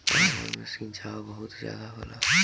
रबड़ में खिंचाव बहुत ज्यादा होला